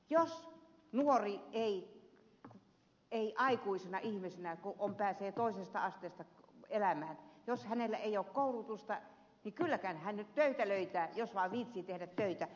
jos nuorella ei aikuisena ihmisenä kun pääsee toisesta asteesta elämään ole koulutusta niin kyllähän hän nyt töitä löytää jos vain viitsii tehdä töitä